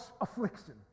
affliction